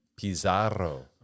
Pizarro